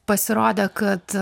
pasirodė kad